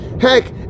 Heck